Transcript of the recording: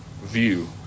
view